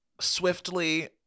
swiftly